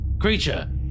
creature